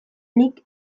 nik